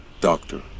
Doctor